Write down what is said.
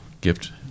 gift